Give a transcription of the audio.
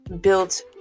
built